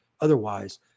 Otherwise